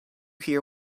hear